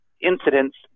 incidents